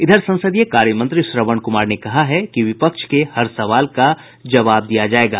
इधर संसदीय कार्य मंत्री श्रवण कुमार ने कहा है कि विपक्ष के हर सवाल का जवाब दिया जायेगा